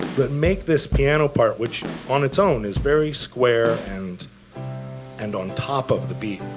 but make this piano part, which on its own is very square and and on top of the beat,